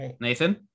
Nathan